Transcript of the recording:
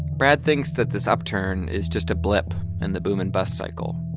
brad thinks that this upturn is just a blip in the boom and bust cycle.